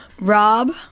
rob